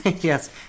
Yes